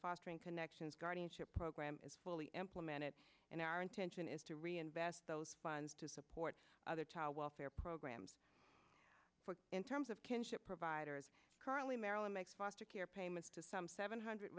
fostering connections guardianship program is fully implemented in our intention is to reinvest those funds to support other child welfare programs in terms of kinship providers currently marilyn makes foster care payments to some seven hundred